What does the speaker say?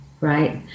right